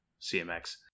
CMX